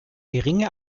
geringe